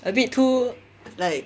a bit too like